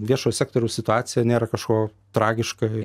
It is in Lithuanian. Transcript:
viešo sektoriaus situacija nėra kažko tragiškai